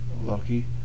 Lucky